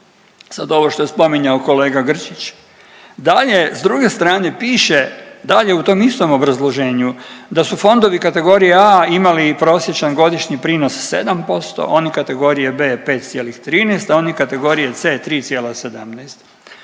Sad ovo što je spominjao kolega Grčić, dalje s druge strane piše, dalje u tom istom obrazloženju da su fondovi kategorije A imali prosječan godišnji prinos 7%, oni kategorije B 5,13, a oni kategorije C 3,17,